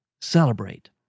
celebrate